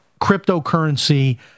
cryptocurrency